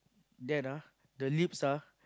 then ah the lips ah